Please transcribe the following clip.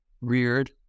reared